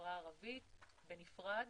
בחברה הערבית בנפרד,